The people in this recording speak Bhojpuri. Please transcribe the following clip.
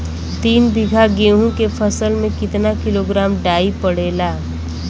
तीन बिघा गेहूँ के फसल मे कितना किलोग्राम डाई पड़ेला?